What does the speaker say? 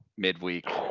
midweek